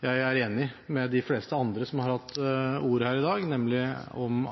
jeg er enig med de fleste andre som har hatt ordet her i dag, om